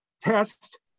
test